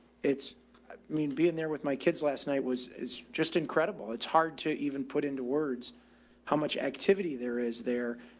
it's mean being there with my kids last night was, is just incredible. it's hard to even put into words how much activity there is there.